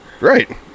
Right